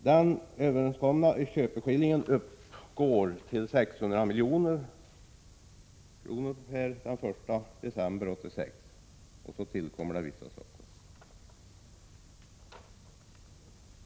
Den överenskomna köpeskillingen uppgår till 600 milj.kr. per den 31 december 1986. Härtill kommer vissa andra saker.